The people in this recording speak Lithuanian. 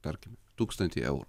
tarkim tūkstantį eurų